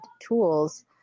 tools